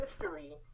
history